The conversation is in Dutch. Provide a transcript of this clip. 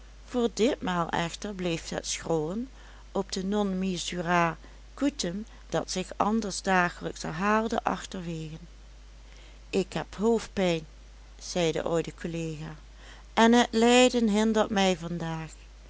voor ditmaal echter bleef het schrollen op de non missurae cutem dat zich anders dagelijks herhaalde achterwege ik heb hoofdpijn zei de oude collega en het lijden hindert mij